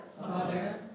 Father